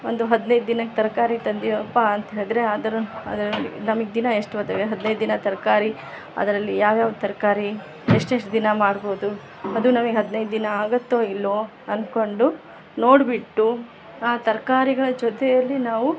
ಒಂದು ಹದಿನೈದು ದಿನಕ್ಕೆ ತರಕಾರಿ ತಂದಿವಪ್ಪ ಅಂತ ಹೇಳಿದರೆ ಅದ್ರ ಅದರಲ್ಲಿ ನಮಗೆ ದಿನ ಎಷ್ಟು ಬತ್ತವೆ ಹದಿನೈದು ದಿನ ತರಕಾರಿ ಅದರಲ್ಲಿ ಯಾವ್ಯಾವ ತರಕಾರಿ ಎಷ್ಟೆಷ್ಟು ದಿನ ಮಾಡ್ಬೌದು ಅದು ನಮಗ್ ಹದಿನೈದು ದಿನ ಆಗತ್ತೋ ಇಲ್ವೋ ಅನ್ಕೊಂಡು ನೋಡಿಬಿಟ್ಟು ಆ ತರಕಾರಿಗಳ ಜೊತೆಯಲ್ಲಿ ನಾವು